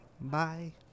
bye